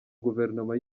guverinoma